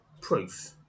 proof